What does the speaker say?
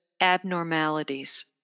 abnormalities